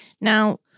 Now